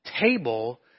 table